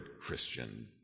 Christian